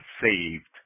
saved